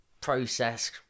process